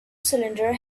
cylinder